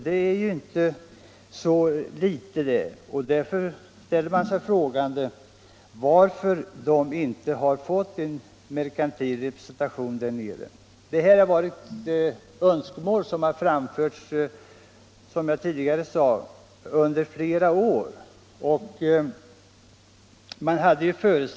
Det är inte så litet. Därför ställer man sig frågande inför att man där inte har fått en merkantil representation. Detta är önskemål som framförts under flera år, vilket jag tidigare sagt.